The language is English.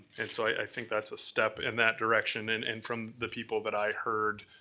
and so i think that's a step in that direction. and and from the people that i heard,